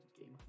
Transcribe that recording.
game